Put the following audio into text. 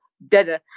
better